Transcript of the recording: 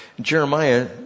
Jeremiah